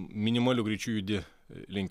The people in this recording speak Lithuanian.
minimaliu greičiu judi link